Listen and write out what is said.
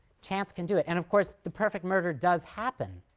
chance can do it, and of course the perfect murder does happen.